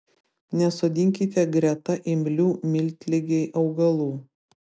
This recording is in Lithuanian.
nesodinkite greta imlių miltligei augalų